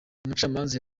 umucamanza